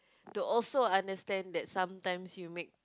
to also understand that sometimes you make